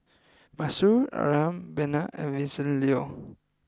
Masuri around Benna and Vincent Leow